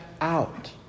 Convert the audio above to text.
out